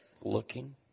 looking